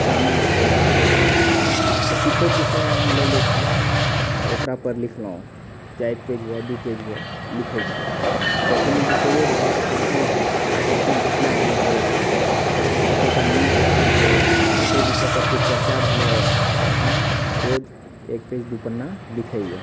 शामिल छै लिखएके तऽ किछु विषय हम लए लै छी ओकरा पर लिखलहुँ चाहे एक पेज हुए दू पेज हुए लिखैत छी चाहे कोनो विषये भेलै आकस्मिक घटना भए गेल कतहुँके न्यूज़ देखलियै ओतै विषय पर कुछ चर्चा भेलै तऽ हम रोज एक पेज दू पन्ना लिखैए